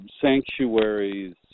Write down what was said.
sanctuaries